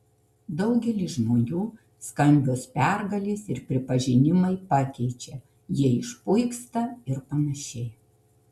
daugelį žmonių skambios pergalės ir pripažinimai pakeičia jie išpuiksta ir panašiai